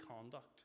conduct